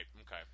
Okay